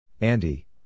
Andy